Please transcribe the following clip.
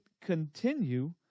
continue